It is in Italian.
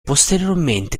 posteriormente